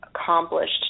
accomplished